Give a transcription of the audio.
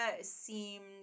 seemed